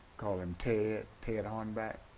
called him ted ted hornback.